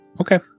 Okay